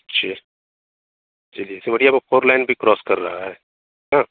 अच्छा चलिए सिमरिया में फोर लेन भी क्रॉस कर रहा है ना